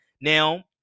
Now